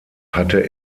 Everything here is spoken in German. hatte